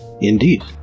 Indeed